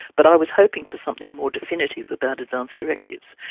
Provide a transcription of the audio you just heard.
but i was hoping for something more definitive about advance directives.